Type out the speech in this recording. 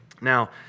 Now